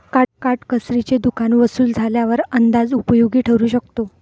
काटकसरीचे दुकान वसूल झाल्यावर अंदाज उपयोगी ठरू शकतो